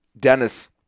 Dennis